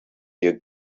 your